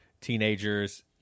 teenagers